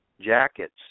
jackets